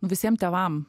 visiem tėvam